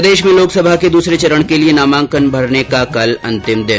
प्रदेष में लोकसभा के दूसरे चरण के लिए नामांकन भरने का कल अंतिम दिन